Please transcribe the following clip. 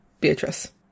Beatrice